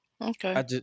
Okay